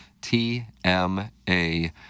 TMA